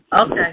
Okay